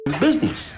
business